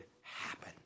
happen